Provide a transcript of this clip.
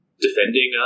defending